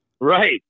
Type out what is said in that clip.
Right